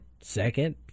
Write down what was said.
second